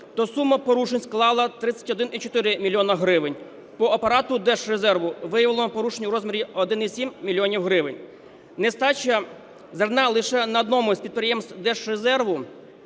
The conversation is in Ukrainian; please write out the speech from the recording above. то сума порушень склала 31,4 мільйона гривень, по Апарату Держрезерву виявлено порушень у розмірі 1,7 мільйона гривень. Нестача зерна лише на одному із підприємств Держрезерву